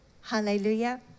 Hallelujah